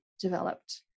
developed